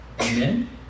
Amen